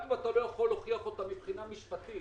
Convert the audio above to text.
גם אם אתה לא יכול להוכיח אותה מבחינה משפטית,